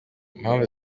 impamvu